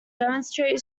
demonstrate